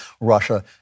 Russia